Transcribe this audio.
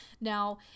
now